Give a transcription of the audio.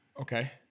Okay